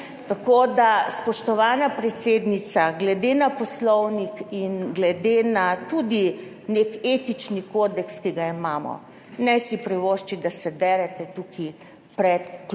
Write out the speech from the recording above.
večje. Spoštovana predsednica, glede na poslovnik in glede na tudi nek etični kodeks, ki ga imamo, ne si privoščiti, da se derete tukaj pred klopmi